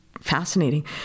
fascinating